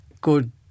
good